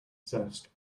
zest